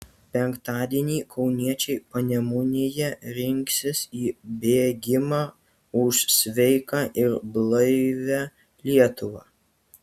penktadienį kauniečiai panemunėje rinksis į bėgimą už sveiką ir blaivią lietuvą